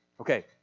Okay